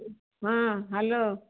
ହଁ ହ୍ୟାଲୋ